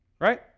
Right